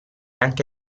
anche